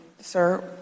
Sir